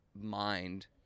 mind